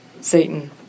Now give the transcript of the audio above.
Satan